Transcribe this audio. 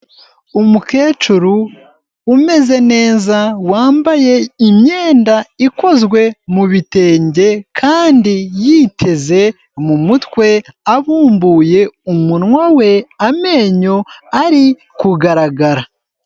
Umukecuru umeze neza wambaye imyenda ikozwe mu bitenge kandi yiteze mu mutwe, abumbuye umunwa we amenyo ari kugaragara.